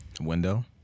Window